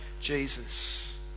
Jesus